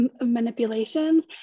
manipulations